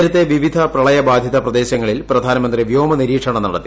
നേരത്തെ വിവിധ പ്രളയബാധിത പ്രദേശങ്ങളീൽ പ്രധാനമന്ത്രി വ്യോമനിരീക്ഷണം നടത്തി